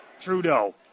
Trudeau